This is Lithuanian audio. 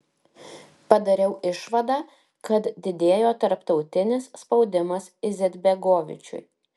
padariau išvadą kad didėjo tarptautinis spaudimas izetbegovičiui